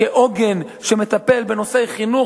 כעוגן שמטפל בנושאי חינוך,